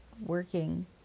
working